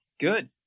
Good